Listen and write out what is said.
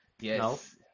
yes